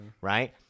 right